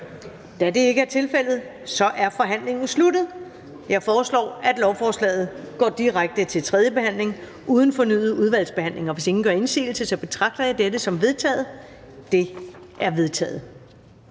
2 tiltrådt af udvalget? Det er vedtaget. Jeg foreslår, at lovforslagene går direkte til tredje behandling uden fornyet udvalgsbehandling. Hvis ingen gør indsigelse, betragter jeg dette som vedtaget. Det er vedtaget.